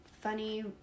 Funny